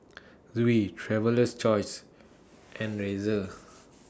Viu Traveler's Choice and Razer